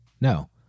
No